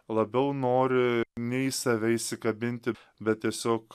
labiau nori ne į save įsikabinti bet tiesiog